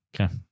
Okay